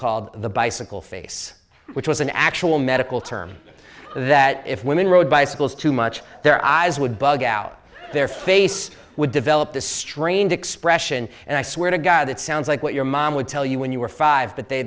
called the bicycle face which was an actual medical term that if women rode bicycles too much their eyes would bug out their face would develop this strange expression and i swear to god that sounds like what your mom would tell you when you were five but they